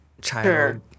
child